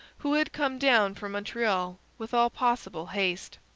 who had come down from montreal with all possible haste.